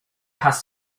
has